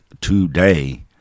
today